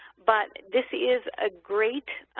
but this is a great